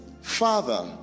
Father